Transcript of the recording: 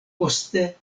poste